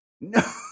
No